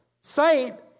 sight